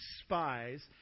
spies